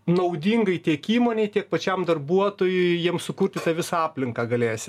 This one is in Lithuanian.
naudingai tiek įmonei tiek pačiam darbuotojui jiems sukurti tą visą aplinką galėsi